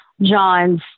John's